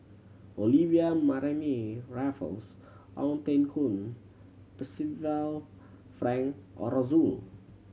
Olivia Mariamne Raffles Ong Teng Koon Percival Frank Aroozoo